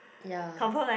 ya